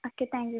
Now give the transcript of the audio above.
okay thank you